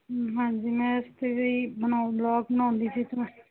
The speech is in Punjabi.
ਹੂੰ ਹਾਂਜੀ ਮੈਂ ਇਸ 'ਤੇ ਵੀ ਬਣਾਉਣ ਵਲੋਗ ਬਣਾਉਂਦੀ ਸੀ